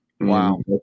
Wow